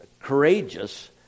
courageous